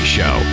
show